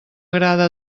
agrada